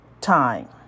time